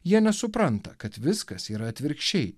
jie nesupranta kad viskas yra atvirkščiai